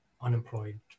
unemployed